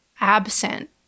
absent